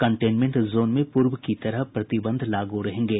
containment zone में पूर्व की तरह प्रतिबंध लागू रहेंगे